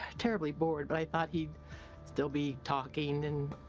terribly bored, but i thought he'd still be talking and.